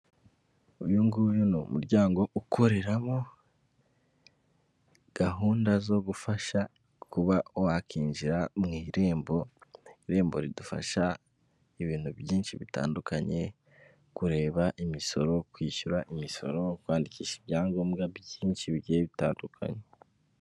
Uyu nguyu ni umuryango ukoreramo gahunda zo gufasha kuba wakinjira mu irembo. Irembo ridufasha ibintu byinshi bitandukanye, kureba imisoro, kwishyura imisoro, kwandikisha ibyangombwa byinshi bigiye bitandukanye.